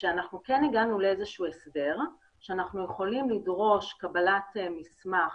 אנחנו כן הגענו לאיזשהו הסדר שאנחנו יכולים לדרוש קבלת מסמך